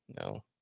No